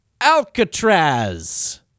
Alcatraz